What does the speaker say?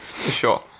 Sure